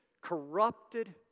corrupted